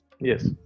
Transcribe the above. yes